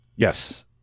Yes